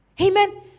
Amen